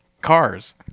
Cars